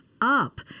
up